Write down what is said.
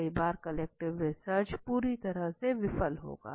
कई बार quantitative research पूरी तरह से विफल होगा